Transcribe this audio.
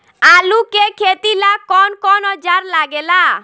आलू के खेती ला कौन कौन औजार लागे ला?